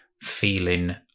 feeling